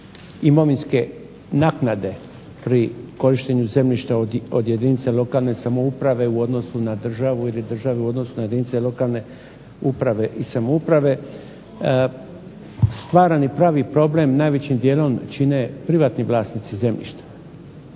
imovinske naknade pri korištenju zemljišta od jedinice lokalne samouprave u odnosu na državu ili državu u odnosu na jedinice lokalne uprave i samouprave. Stvaran i pravi problem najvećim dijelom čine privatni vlasnici zemljišta